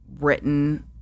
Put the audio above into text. written